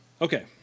okay